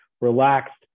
relaxed